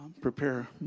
Prepare